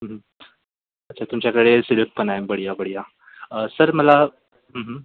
हं हं अच्छा तुमच्याकडे सिल्क पण आहे बढिया बढिया सर मला हं हं